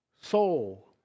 soul